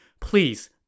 Please